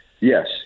yes